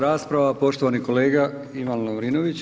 rasprava poštovani kolega Ivan Lovrinović.